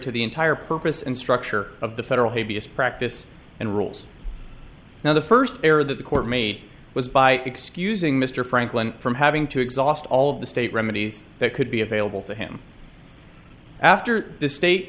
to the entire purpose and structure of the federal habeas practice and rules now the first error that the court made was by excusing mr franklin from having to exhaust all of the state remedies that could be available to him after the state